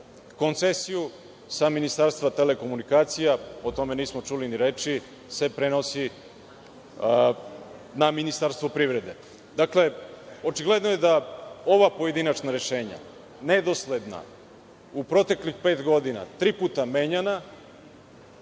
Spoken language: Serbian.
koncesiju. Sa Ministarstva telekomunikacija, o tome nismo čuli ni reči, se prenosi na Ministarstvo privrede. Dakle, očigledno je da ova pojedinačna rešenja, nedosledna, u proteklih pet godina tri puta menjana